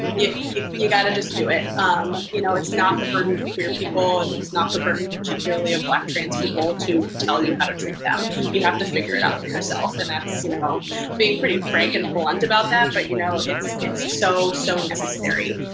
yeah you've got to just do it. um you know it's not the burden of queer people. it's not the burden particularly of black trans people to tell you how to treat them. you have to figure it out for yourself, and that's. i'm you know being pretty frank and blunt about that, but you know it's it's so, so necessary.